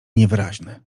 niewyraźny